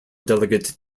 delegate